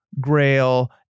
Grail